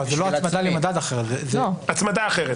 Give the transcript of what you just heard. זאת לא הצמדה למדד אחר -- הצמדה אחרת.